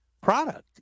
product